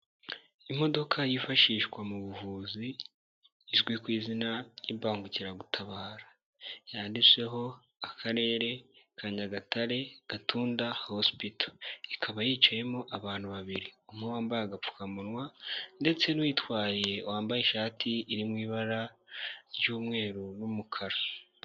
Imodoka yifashishwa mu buvuzi izwi ku izina ry'imbangukiragutabara, yanditseho akarere ka Nyagatare, Gatunda hosipito ikaba yicayemo abantu babiri, umwe wambaye agapfukamunwa ndetse n'uyitwaye wambaye ishati iri mu ibara ry'umweru n'umukara.